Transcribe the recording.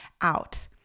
out